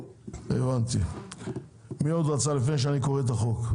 מי עוד רצה לפני שאני קורא את החוק?